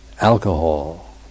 alcohol